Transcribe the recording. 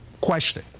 question